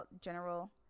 general